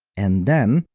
and then,